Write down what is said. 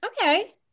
okay